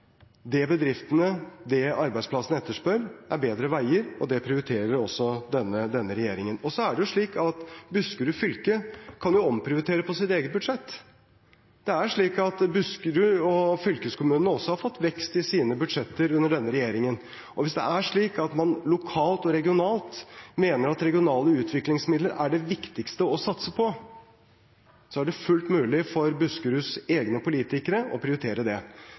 Det bedriftene og arbeidsplassene etterspør, er bedre veier, og det prioriterer også denne regjeringen. Så er det jo slik at Buskerud fylke kan omprioritere på sitt eget budsjett. Buskerud og fylkeskommunene har også fått vekst i sine budsjetter under denne regjeringen, og hvis det er slik at man lokalt og regionalt mener at regionale utviklingsmidler er det viktigste å satse på, er det fullt mulig for Buskeruds egne politikere å prioritere det. Det er ikke slik at alt må komme fra staten, og at alt må detaljstyres fra staten. Det